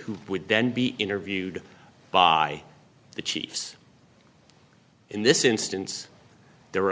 who would then be interviewed by the chiefs in this instance the